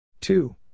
two